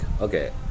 Okay